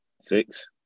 Six